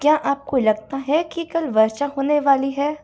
क्या आपको लगता है कि कल वर्षा होने वाली है